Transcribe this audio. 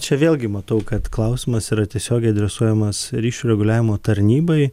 čia vėlgi matau kad klausimas yra tiesiogiai adresuojamas ryšių reguliavimo tarnybai